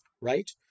right